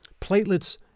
platelets